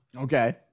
Okay